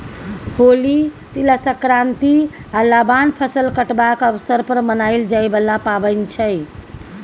होली, तिला संक्रांति आ लबान फसल कटबाक अबसर पर मनाएल जाइ बला पाबैन छै